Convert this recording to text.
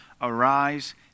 arise